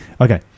Okay